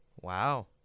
Wow